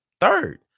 third